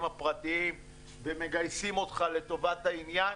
הפרטיים ומגייסים אותך לטובת העניין.